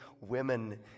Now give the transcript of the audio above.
women